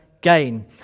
gain